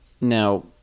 now